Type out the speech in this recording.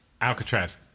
Alcatraz